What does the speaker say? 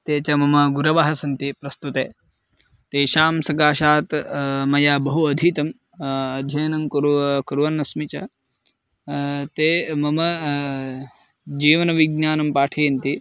ते च मम गुरवः सन्ति प्रस्तुते तेषां सकाशात् मया बहु अधीतम् अध्ययनं कुरु कुर्वन्नस्मि च ते मम जीवनविज्ञानं पाठयन्ति